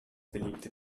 beliebte